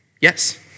Yes